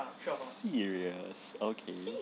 serious okay